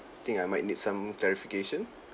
think I might need some clarification